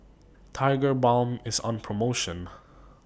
Tigerbalm IS on promotion